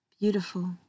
beautiful